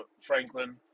Franklin